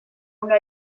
una